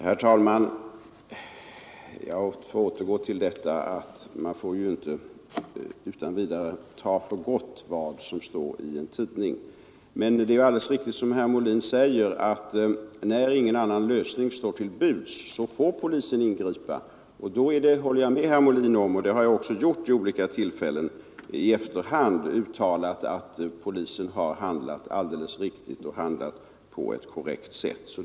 Herr talman! Jag återkommer till att man inte utan vidare får ta för gott vad som står i en tidning. Men det är alldeles riktigt som herr Molin säger, att när ingen annan lösning står till buds får polisen ingripa. Jag håller också med herr Molin om och det har jag vid olika tillfällen uttalat i efterhand — att polisen har handlat alldeles riktigt och korrekt.